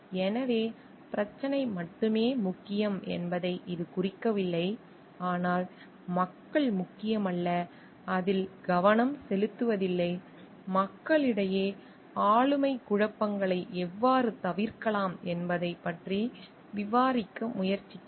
எனவே பிரச்சனை மட்டுமே முக்கியம் என்பதை இது குறிக்கவில்லை ஆனால் மக்கள் முக்கியமல்ல அதில் கவனம் செலுத்துவதில்லை மக்களிடையே ஆளுமை குழப்பங்களை எவ்வாறு தவிர்க்கலாம் என்பதைப் பற்றி விவாதிக்க முயற்சிக்கிறது